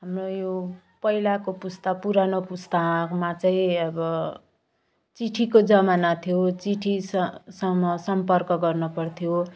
म यो पहिलाको पुस्ता पुरानो पुस्तामा चाहिँ अब चिठीको जमाना थियो चिठी स् सम सम्पर्क गर्न पर्थ्यो